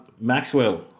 Maxwell